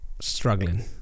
struggling